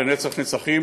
לנצח נצחים,